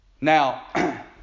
Now